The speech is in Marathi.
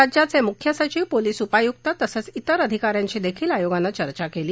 राज्याचे मुख्य सचिव पोलीस उपायुक्त तसंच तिर अधिका यांशी देखील आयोगानं चर्चा केली